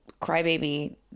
crybaby